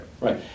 Right